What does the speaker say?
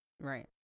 Right